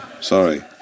Sorry